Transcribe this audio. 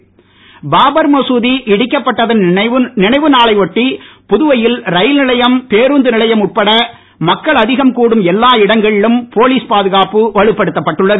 பாதுகாப்பு பாபர் மசூதி இடிக்கப்பட்டதன் நினைவு நாளை ஒட்டி புதுவையில் ரயில்நிலையம் பேருந்து நிலையம் உட்பட மக்கள் அதிகம் கூடும் எல்லா இடங்களிலும் போலிஸ் பாதுகாப்பு வலுப்படுத்தப்பட்டுள்ளது